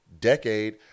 decade